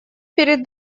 перед